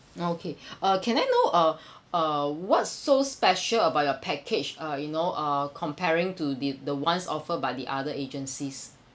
okay uh can I know uh uh what's so special about your package uh you know uh comparing to the the ones offer by the other agencies